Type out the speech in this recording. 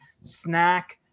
snack